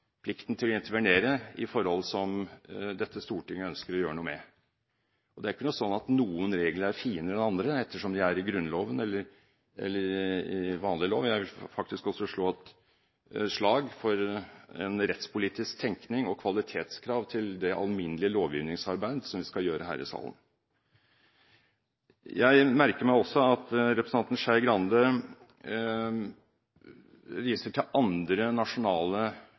plikten til å intervenere i forhold som dette storting ønsker å gjøre noe med. Det er ikke slik at noen regler er finere enn andre, avhengig av om de er i Grunnloven eller ei. Jeg vil faktisk også slå et slag for en rettspolitisk tenkning og et kvalitetskrav til det alminnelige lovgivningsarbeidet som vi skal gjøre her i salen. Jeg merker meg også at representanten Skei Grande viser til andre nasjonale